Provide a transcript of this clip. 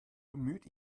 bemüht